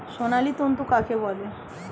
সোনালী তন্তু কাকে বলে?